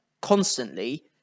constantly